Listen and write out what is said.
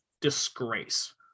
disgrace